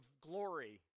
glory